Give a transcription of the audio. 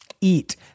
eat